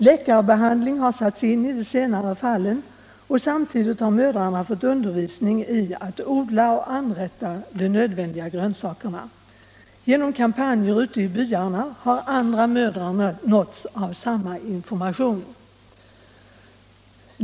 Läkarbehandling har satts in i de senare fallen, och samtidigt har mödrarna fått undervisning i att odla och anrätta de nödvändiga grönsakerna. Genom kampanjer ute i byarna har andra mödrar nåtts av samma information.